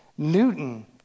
Newton